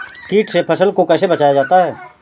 कीट से फसल को कैसे बचाया जाता हैं?